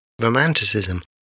Romanticism